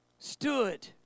Stood